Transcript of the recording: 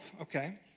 okay